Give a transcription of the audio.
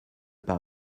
par